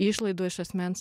išlaidų iš asmens